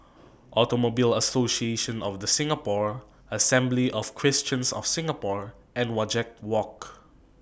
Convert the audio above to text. Automobile Association of The Singapore Assembly of Christians of Singapore and Wajek Walk